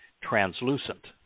translucent